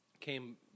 came